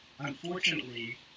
Unfortunately